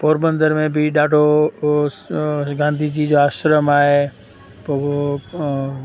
पोरबंदर में बि ॾाढो हुओ गांधीजी जो आश्रम आहे पोइ